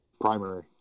primary